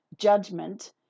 judgment